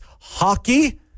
hockey